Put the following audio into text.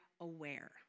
aware